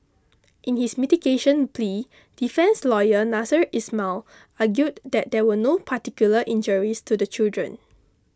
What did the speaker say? in his mitigation plea defence lawyer Nasser Ismail argued that there were no particular injuries to the children